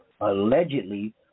allegedly